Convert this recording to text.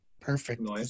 Perfect